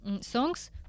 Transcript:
songs